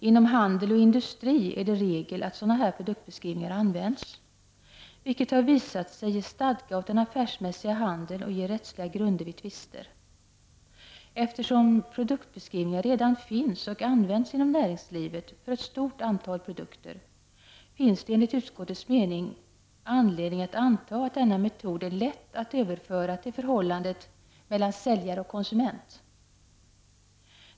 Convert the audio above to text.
Inom handel och industri är det regel att sådana här produktbeskrivningar används, vilket har visat sig ge stadga åt den affärsmässiga handeln och ge rättsliga grunder vid tvister. Eftersom produktbeskrivningar redan finns och används inom näringslivet för ett stort antal produkter, finns det enligt utskottets mening anledning att anta att denna metod är lätt att överföra till förhållandet mellan säljare och konsument.